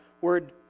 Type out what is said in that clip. word